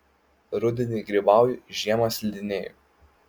rudenį grybauju žiemą slidinėju